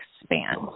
expand